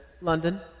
London